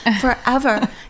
forever